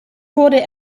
wurde